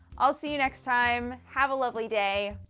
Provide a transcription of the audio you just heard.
i'll see you next time. have a lovely day!